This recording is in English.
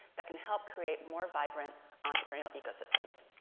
that can help create more vibrant entrepreneurial ecosystems.